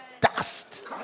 dust